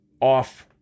off